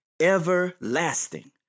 everlasting